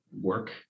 work